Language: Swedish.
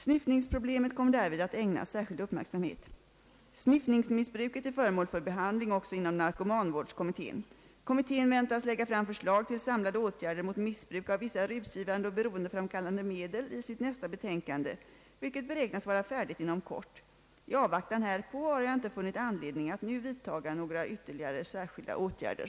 Sniffningsproblemet kommer därvid att ägnas särskild uppmärksamhet. Sniffningsmissbruket är föremål för behandling också inom narkomanvårdskommitteén. Kommittén väntas lägga fram förslag till samlade åtgärder mot missbruk av vissa rusgivande och beroendeframkallande medel i sitt nästa betänkande, vilket beräknas vara färdigt inom kort. I avvaktan härpå har jag inte funnit anledning att nu vidta några ytterligare särskilda åtgärder.